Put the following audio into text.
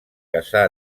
caçar